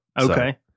Okay